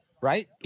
right